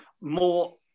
more